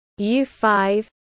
U5